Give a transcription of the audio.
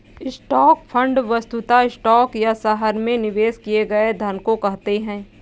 stock fund वस्तुतः stock या शहर में निवेश किए गए धन को कहते हैं